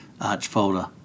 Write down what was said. arch-folder